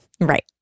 Right